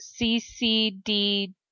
ccd